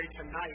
tonight